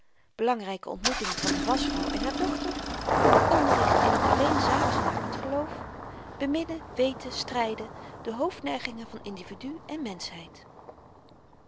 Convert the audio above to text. belangryke ontmoeting van n waschvrouw en haar dochter onderricht in t alleen zaligmakend geloof beminnen weten stryden de hoofdneigingen van individu en menschheid